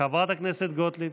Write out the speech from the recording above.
חברת הכנסת גוטליב,